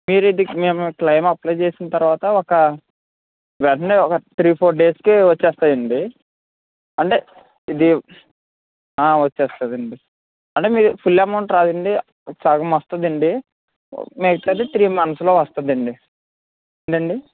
మీరు మేము claim apply చేసిన తర్వాత ఒకా వెంటనే ఒక త్రీ ఫోర్ డేస్కె వచ్చేస్తాయండి అంటే ఇది వచ్చేస్తుందండి అంటే మీది ఫుల్ అమౌంట్ రాదండి సగం వస్తుందండీ మిగతాది త్రీ మంత్స్లో వస్తుందండి ఏంటండీ